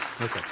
Okay